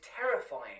terrifying